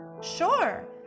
Sure